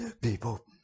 people